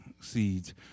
seeds